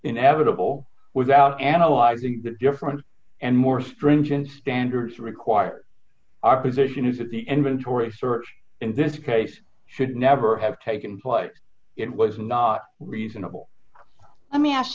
inevitable without analyzing that different and more stringent standards require our position is that the inventory search in this case should never have taken place it was not reasonable i me ask